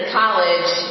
college